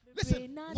Listen